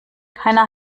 keiner